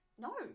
No